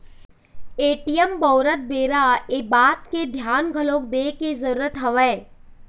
ATM बउरत बेरा ये बात के धियान घलोक दे के जरुरत हवय